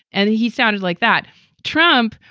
and he sounded like that trump.